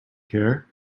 care